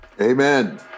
Amen